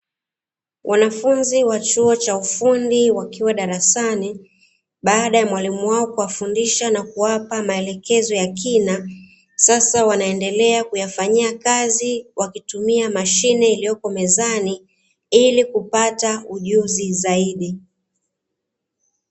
Wanafunzi wa chuo cha ufundi wakiwa darasani, baada ya Mwalimu wao kuwafundisha na kuwapa maelekezo ya kina, sasa wanaendelea kuyafanyia kazi wakitumia mashine iliyopo mezani, ili kupata ujuzi zaidi.